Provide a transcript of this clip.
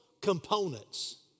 components